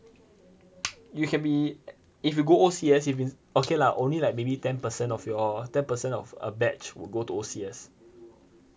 you can be in if you go O_C_S if it's okay lah only like maybe ten percent of your ten percent of a batch will go to O_C_S